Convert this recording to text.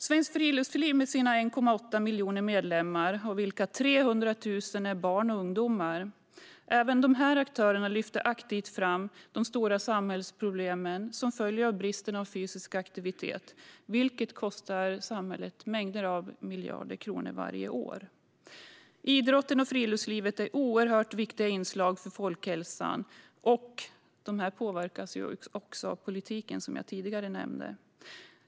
Svenskt Friluftsliv har 1,8 miljoner medlemmar av vilka 300 000 är barn och ungdomar. Även dessa aktörer lyfter aktivt fram de stora samhällsproblem som följer av bristen på fysisk aktivitet, något som kostar samhället mängder av miljarder kronor varje år. Idrotten och friluftslivet är oerhört viktiga inslag för folkhälsan och påverkas av politiken, som jag tidigare nämnde.